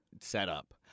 setup